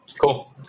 Cool